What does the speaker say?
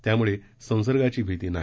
त्यामुळे संसर्गाची भीती नाही